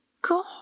God